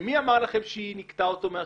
מי אמר לכם שהיא ניקתה אותו מאשמה,